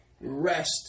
rest